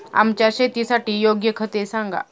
आमच्या शेतासाठी योग्य खते सांगा